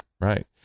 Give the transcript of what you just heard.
Right